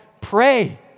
pray